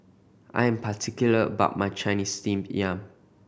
I am particular about my Chinese Steamed Yam